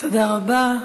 תודה רבה.